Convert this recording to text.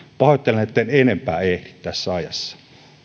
pahoittelen etten enempää ehdi tässä ajassa